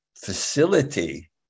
facility